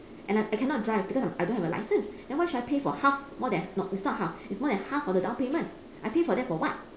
and I I cannot drive because I I don't have a license then why should I pay for half more than no it's not half it's more than half of the downpayment I pay for that for what